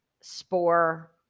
spore